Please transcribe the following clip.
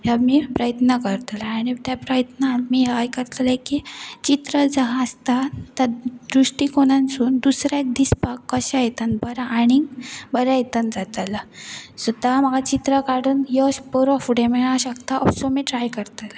ह्या मी प्रयत्न करतले आनी त्या प्रयत्नान आमी हेय करतले की चित्र जां आसता त्या दृश्टीकोनसून दुसऱ्याक दिसपाक कशें हेतन बर आनीक बऱ्या हेतन जाताला सो तां म्हाका चित्रां काडून यश बरो फुडें मेळ शकता असो आमी ट्राय करतलो